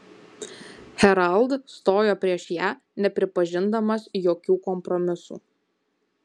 herald stojo prieš ją nepripažindamas jokių kompromisų